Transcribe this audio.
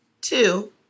Two